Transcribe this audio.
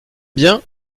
bien